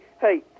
hey